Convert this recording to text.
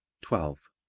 twelve.